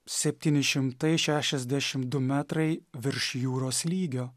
septyni šimtai šešiasdešim du metrai virš jūros lygio